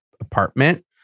apartment